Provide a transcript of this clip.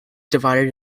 divided